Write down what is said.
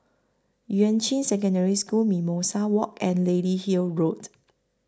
Yuan Ching Secondary School Mimosa Walk and Lady Hill Road